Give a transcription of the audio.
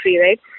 right